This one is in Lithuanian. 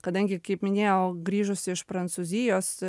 kadangi kaip minėjau grįžusi iš prancūzijos